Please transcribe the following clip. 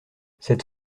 cette